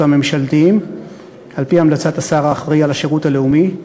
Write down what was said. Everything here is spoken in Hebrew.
הממשלתיים על-פי המלצת השר הממונה על השירות הלאומי.